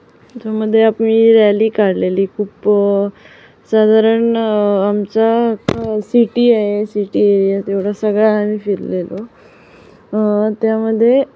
ज्यामध्ये आपली रॅली काढलेली खूप साधारण आमचा सिटी आहे सिटी एरीया तेवढा सगळा आम्ही फिरलेलो त्यामध्ये